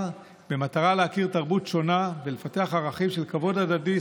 במטרה להכיר תרבות שונה ולפתח ערכים של כבוד הדדי,